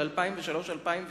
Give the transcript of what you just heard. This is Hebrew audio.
של 2003 2004,